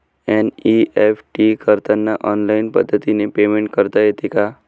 NEFT करताना online पद्धतीने payment करता येते का?